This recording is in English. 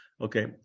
Okay